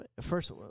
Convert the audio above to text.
first